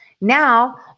Now